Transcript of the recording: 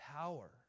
power